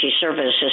services